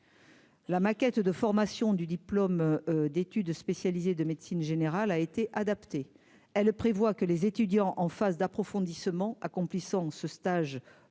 La maquette de formation du diplôme d'études spécialisées de médecine générale a été adaptée, elle prévoit que les étudiants en face d'approfondissement, accomplissant ce stage en soins